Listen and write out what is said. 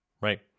Right